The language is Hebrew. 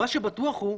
מה שבטוח הוא,